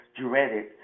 dreaded